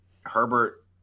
Herbert